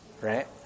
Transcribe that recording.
right